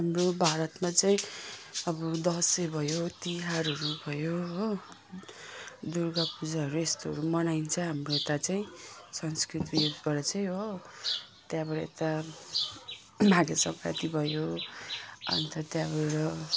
हाम्रो भारतमा चाहिँ अब दसैँ भयो तिहारहरू भयो हो दुर्गा पूजाहरू यस्तोहरू मनाइन्छ हाम्रो यता चाहिँ संस्कृति उसबाट चाहिँ हो त्यहाँबाट यता माघे सँग्राति भयो अनि त त्यहाँबाट